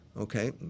Okay